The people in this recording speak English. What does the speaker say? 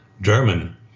German